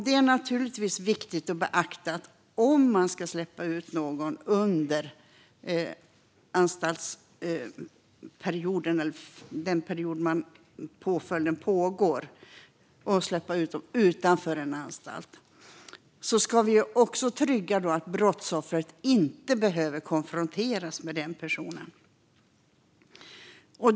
Det är naturligtvis viktigt att beakta att om vi ska släppa ut någon utanför en anstalt under den period påföljden pågår måste vi också trygga att brottsoffret inte behöver konfronteras med den personen.